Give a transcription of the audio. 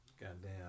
Goddamn